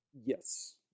Yes